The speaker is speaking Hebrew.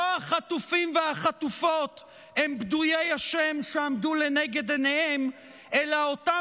לא החטופים והחטופות הם פדויי השם שעמדו לנגד עיניהם אלא אותם